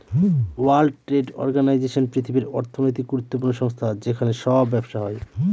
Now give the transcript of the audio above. world trade organisation পৃথিবীর অর্থনৈতিক গুরুত্বপূর্ণ সংস্থা যেখানে সব ব্যবসা হয়